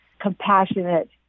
compassionate